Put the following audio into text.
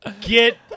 Get